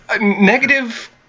Negative